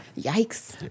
Yikes